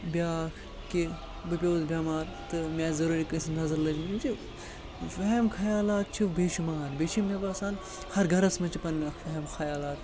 بیٛاکھ کہِ بہٕ پیوٚوُس بٮ۪مار تہٕ مےٚ آسہِ ضروٗری کٲنٛسہِ ہِنٛز نظر لٔجمٕژ یم چھِ وٮ۪ہَم خیالات چھِ بے شُمار بیٚیہِ چھِ یِم مےٚ باسان ہر گَرَس منٛز چھِ پَنُن اَکھ وٮ۪ہَم خیالات